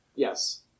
Yes